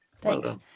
Thanks